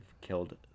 killed